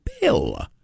bill